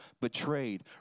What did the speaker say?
betrayed